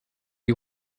you